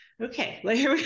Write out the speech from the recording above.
okay